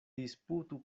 disputu